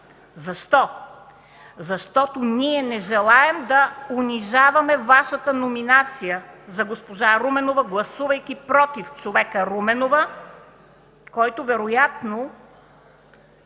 Защо? Защото ние не желаем да унижаваме Вашата номинация за госпожа Руменова, гласувайки против човека Руменова, който вероятно